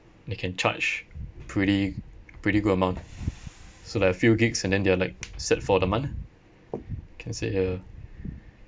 they can charge pretty pretty good amount so like a few gigs and then they are like set for the month can say uh